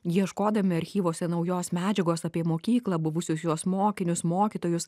ieškodami archyvuose naujos medžiagos apie mokyklą buvusius jos mokinius mokytojus